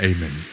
Amen